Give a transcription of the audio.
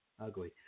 Ugly